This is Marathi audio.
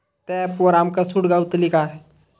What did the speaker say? त्या ऍपवर आमका सूट गावतली काय?